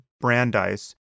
Brandeis